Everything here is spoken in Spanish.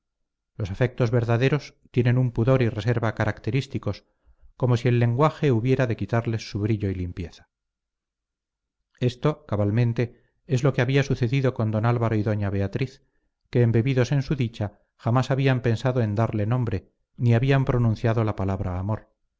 los afectos verdaderos tienen un pudor y reserva característicos como si el lenguaje hubiera de quitarles su brillo y limpieza esto cabalmente es lo que había sucedido con don álvaro y doña beatriz que embebecidos en su dicha jamás habían pensado en darle nombre ni habían pronunciado la palabra amor